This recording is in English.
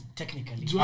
technically